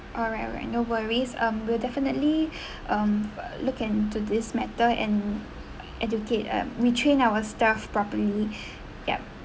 alright alright no worries um we'll definitely um look into this matter and educate uh retrain our staff properly yup